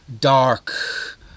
dark